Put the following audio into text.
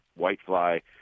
whitefly